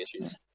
issues